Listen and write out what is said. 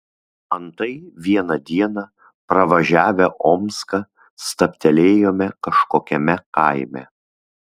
antai vieną dieną pravažiavę omską stabtelėjome kažkokiame kaime